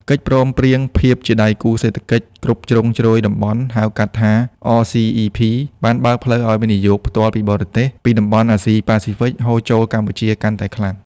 កិច្ចព្រមព្រៀងភាពជាដៃគូសេដ្ឋកិច្ចគ្រប់ជ្រុងជ្រោយតំបន់ ហៅកាត់ថា RCEP បានបើកផ្លូវឱ្យ វិនិយោគផ្ទាល់ពីបរទេស ពីតំបន់អាស៊ីប៉ាស៊ីហ្វិកហូរចូលកម្ពុជាកាន់តែខ្លាំង។